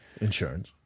insurance